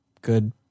good